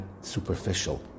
superficial